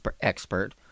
expert